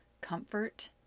comfort